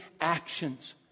actions